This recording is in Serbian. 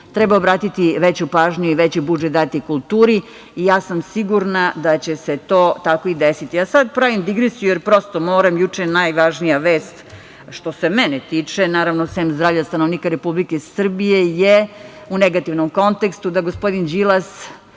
Treba obratiti veću pažnju i veći budžet dati kulturi. Sigurna sam da će se to tako i desiti. Sada pravim digresiju, prosto moram, juče je najvažnija vest što se mene tiče, naravno osim zdravlja stanovnika Republike Srbije je u negativnom kontekstu, da gospodin Đilas,